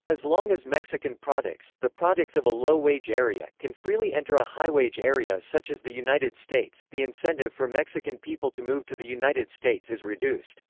as long as mexican products the products of a low-wage area can freely enter a highwage area such as the united states, the incentive for mexican people to move to the united states is reduced.